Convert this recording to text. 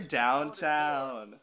downtown